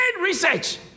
research